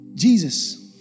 Jesus